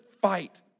fight